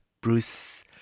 Bruce